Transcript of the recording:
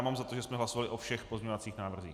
Mám za to, že jsme hlasovali o všech pozměňovacích návrzích.